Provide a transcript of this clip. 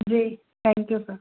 ji thank you sir